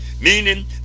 Meaning